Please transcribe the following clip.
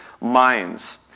minds